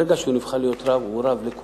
ברגע שהוא נבחר להיות רב הוא לכולם: